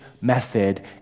method